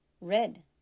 Red